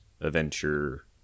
adventure